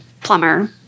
plumber